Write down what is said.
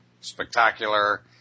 spectacular